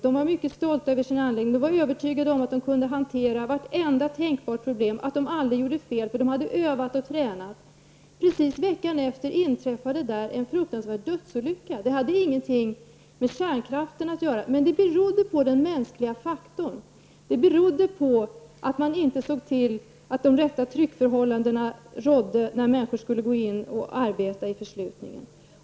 De var mycket stolta över sin anläggning, och de var övertygade om att de kunde hantera vartenda tänkbara problem och att de aldrig gjorde fel, eftersom de hade övat och tränat. Veckan efter inträffade där en fruktansvärd dödsolycka. Den hade ingenting med kärnkraften att göra, men den berodde på den mänskliga faktorn, den berodde på att man inte såg till att de rätta tryckförhållandena rådde när människor skulle gå in och arbeta i förslutningen.